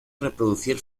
reproducir